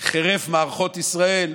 חירף מערכות ישראל,